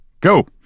go